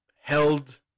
held